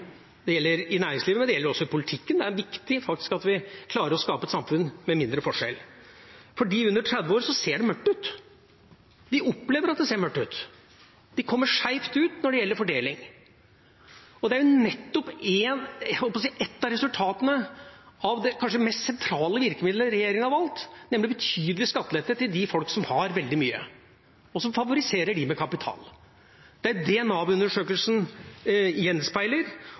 Det gjelder i næringslivet, men det gjelder også i politikken. Det er viktig at vi klarer å skape et samfunn med mindre forskjeller. For dem under 30 år ser det mørkt ut. De opplever at det ser mørkt ut. De kommer skjevt ut når det gjelder fordeling, og dette er jo nettopp et av resultatene av det kanskje mest sentrale virkemiddelet regjeringen har valgt, nemlig betydelig skattelette til dem som har veldig mye, og som favoriserer dem med kapital. Det er det Nav-undersøkelsen gjenspeiler,